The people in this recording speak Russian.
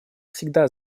всегда